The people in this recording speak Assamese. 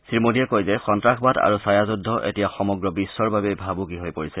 শ্ৰীমোডীয়ে কয় যে সন্নাসবাদ আৰু ছাঁয়াযুদ্ধ এতিয়া সমগ্ৰ বিশ্বৰ বাবেই ভাবুকি হৈ পৰিছে